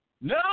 No